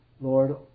Lord